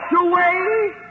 away